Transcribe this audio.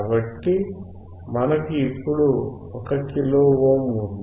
కాబట్టి మనకు ఇప్పుడు 1 కిలో ఓమ్ ఉంది